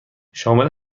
شامل